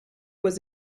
was